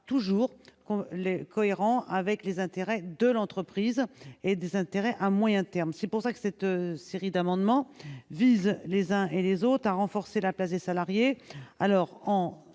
qu'on l'cohérent avec les intérêts de l'entreprise et des intérêts à moyen terme, c'est pour ça que cette série d'amendements visent les uns et les autres à renforcer la place des salariés